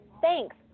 thanks